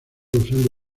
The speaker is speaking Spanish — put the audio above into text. usando